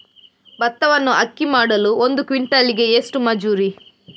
ಭತ್ತವನ್ನು ಅಕ್ಕಿ ಮಾಡಲು ಒಂದು ಕ್ವಿಂಟಾಲಿಗೆ ಎಷ್ಟು ಮಜೂರಿ?